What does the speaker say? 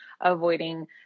avoiding